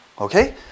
okay